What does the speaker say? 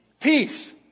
peace